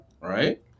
right